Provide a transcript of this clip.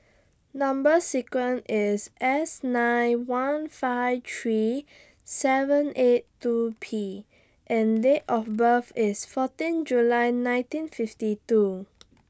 Number sequence IS S nine one five three seven eight two P and Date of birth IS fourteen July nineteen fifty two